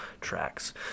tracks